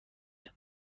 سواد